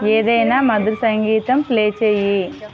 ఏదైనా మధుర సంగీతం ప్లే చేయ్యి